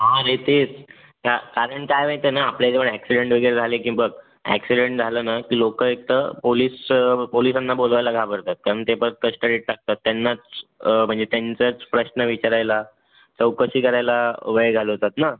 हां रे तेच का कारण काय माहिती आहे ना आपल्या इथे पण ॲक्सिडंट वगैरे झाले की बघ ॲक्सिडंट झालं ना की लोकं एकतर पोलीस पोलिसांना बोलवायला घाबरतात कारण ते परत कस्टडीत टाकतात त्यांनाच म्हणजे त्यांचाच प्रश्न विचारायला चौकशी करायला वेळ घालवतात ना